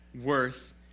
worth